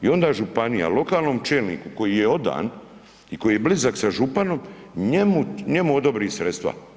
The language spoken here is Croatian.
I onda županija lokalnom čelniku koji je odan i koji je blizak sa županom, njemu odobri sredstva.